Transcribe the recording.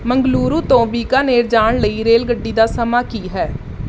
ਮੰਗਲੁਰੂ ਤੋਂ ਬੀਕਾਨੇਰ ਜਾਣ ਲਈ ਰੇਲਗੱਡੀ ਦਾ ਸਮਾਂ ਕੀ ਹੈ